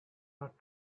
not